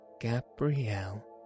Gabrielle